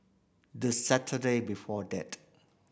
the Saturday before that